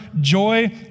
joy